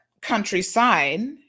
Countryside